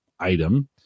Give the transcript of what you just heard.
item